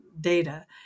data